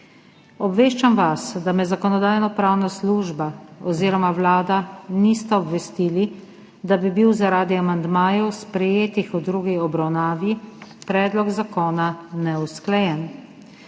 Obveščam vas, da me Zakonodajno-pravna služba oziroma Vlada nista obvestili, da bi bil zaradi amandmajev, sprejetih v drugi obravnavi, predlog zakona neusklajen.